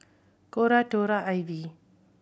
Cora Tory Ivy